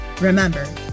Remember